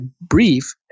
brief